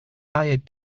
hired